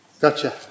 Gotcha